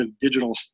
digital